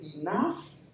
enough